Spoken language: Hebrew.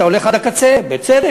אתה הולך עד הקצה בצדק,